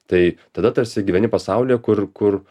tai tada tarsi gyveni pasaulyje kur kur